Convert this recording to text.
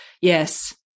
yes